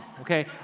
okay